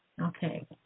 Okay